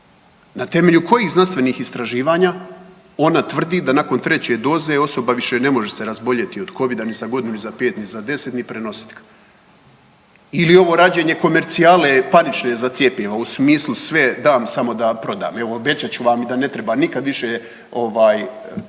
Na temelju kojih znanstvenih istraživanja ona tvrdi da nakon treće doze osoba više se ne može razboljeti od Covida ni za godinu, ni za pet, ni za deset, ni prenositi ga. Ili ovo rađenje komercijalne panične za cjepiva u smislu sve dam samo da prodam, evo obećat ću vam i da ne treba nikad više